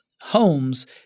homes